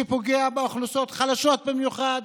שפוגע באוכלוסיות חלשות במיוחד,